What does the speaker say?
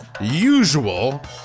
usual